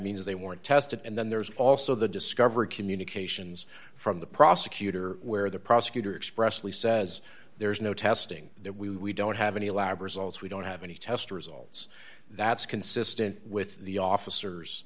means they weren't tested and then there's also the discovery communications from the prosecutor where the prosecutor expressly says there's no testing there we don't have any lab results we don't have any test results that's consistent with the officers